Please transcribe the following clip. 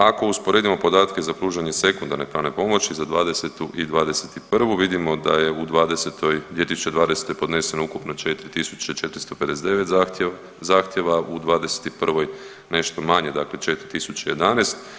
Ako usporedimo podatke za pružanje sekundarne pravne pomoći za '20. i '21. vidimo da je u '20., 2020. podneseno ukupno 4.459 zahtjeva, u '21. nešto manje, dakle 4.011.